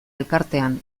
elkartean